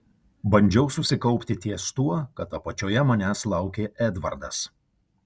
bandžiau susikaupti ties tuo kad apačioje manęs laukė edvardas